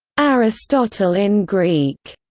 aristotle in greek,